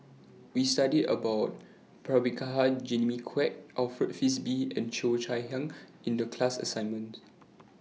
We studied about Prabhakara Jimmy Quek Alfred Frisby and Cheo Chai Hiang in The class assignment